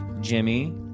Jimmy